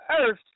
earth